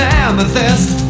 amethyst